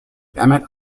emmett